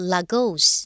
Lagos